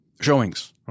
Showings